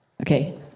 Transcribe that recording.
Okay